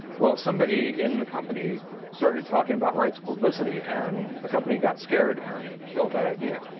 well, somebody in the company started talking about rights of publicity, and the company got scared and it killed that idea.